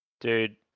dude